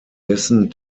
dessen